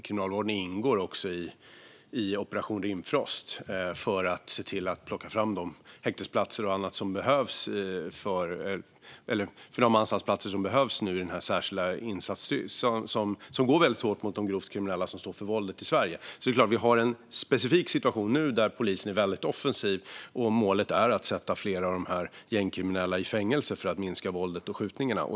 Kriminalvården ingår också i Operation Rimfrost för att plocka fram de häktes och anstaltsplatser som behövs i den särskilda insats som går väldigt hårt åt de grovt kriminella som står för våldet i Sverige. Vi har såklart en specifik situation nu när polisen är väldigt offensiv. Målet är att sätta fler av de gängkriminella i fängelse för att minska våldet och skjutningarna.